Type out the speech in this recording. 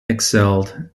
excelled